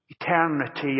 eternity